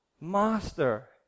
Master